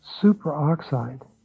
superoxide